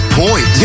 point